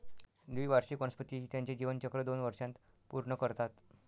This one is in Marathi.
द्विवार्षिक वनस्पती त्यांचे जीवनचक्र दोन वर्षांत पूर्ण करतात